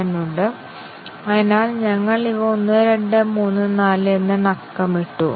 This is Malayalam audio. കൺട്രോൾ പ്രവർത്തനം നിരവധി വ്യവസ്ഥകളെ ആശ്രയിച്ചിരിക്കും